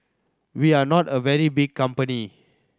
we are not a very big company